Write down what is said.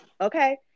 okay